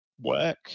work